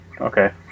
okay